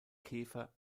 käfer